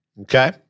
Okay